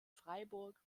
freiburg